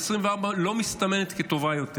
ו-2024 לא מסתמנת כטובה יותר.